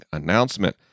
announcement